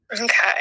Okay